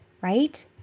right